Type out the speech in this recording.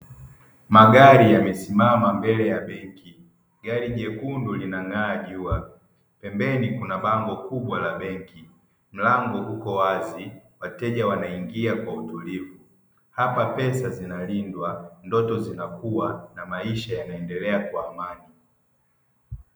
Magari yamesimama mbele ya benki, gari jekundu linang'aa jua pembeni kuna bango kubwa la benki mlango uko wazi wateja wanaingia kwa utulivu hapa pesa zinalindwa ndoto zinakuwa na maisha yanaendelea kwa amani.